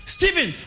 Stephen